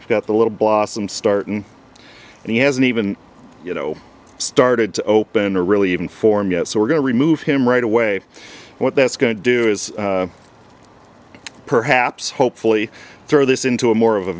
stan got the little blossom starting and he hasn't even you know started to open or really even form yet so we're going to remove him right away what that's going to do is perhaps hopefully throw this into a more of a